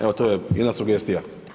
Evo to je jedna sugestija.